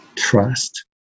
trust